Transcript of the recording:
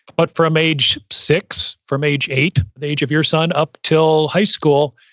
but from age six, from age eight, the age of your son, up till high school,